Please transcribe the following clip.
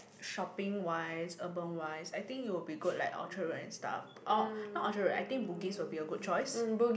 shopping wise urban wise I think it will be good like Orchard Road and stuff oh not Orchard Road I think bugis will be a good choice